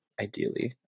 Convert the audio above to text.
ideally